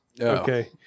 Okay